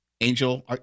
Angel